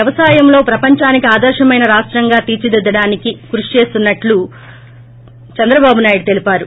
వ్యవసాయంలో ప్రపంచానికి ఆదర్శమైన రాష్టాంగా తీర్చిదిద్దడానికి కృషి చేస్తున్నా మని ముఖ్యమంత్రి చంద్రబాటు నాయుడు తెలిపారు